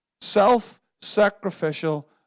Self-sacrificial